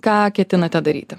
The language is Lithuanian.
ką ketinate daryti